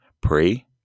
Pray